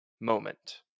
moment